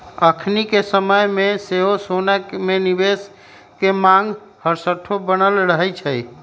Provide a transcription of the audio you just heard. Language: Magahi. अखनिके समय में सेहो सोना में निवेश के मांग हरसठ्ठो बनल रहै छइ